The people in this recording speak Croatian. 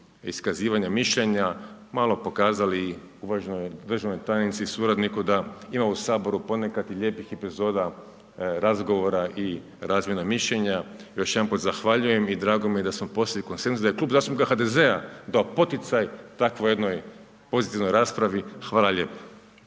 iskazivanja mišljenja malo pokazali i uvaženoj državnoj tajnici i suradniku da ima u Saboru ponekad i lijepih epizoda razgovora i razmjena mišljenja. Još jednom zahvaljujem i drago mi je da smo postigli konsenzus, da je Klub zastupnika HDZ-a dao poticaj takvoj jednoj pozitivnoj raspravi. Hvala lijepo.